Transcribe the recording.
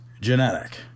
genetic